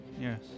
Yes